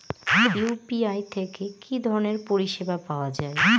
UPI থেকে কি ধরণের পরিষেবা পাওয়া য়ায়?